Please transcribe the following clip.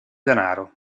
denaro